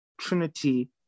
Trinity